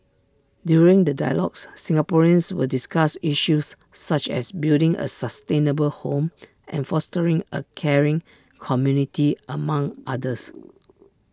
during the dialogues Singaporeans will discuss issues such as building A sustainable home and fostering A caring community among others